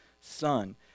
son